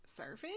surfing